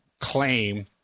claim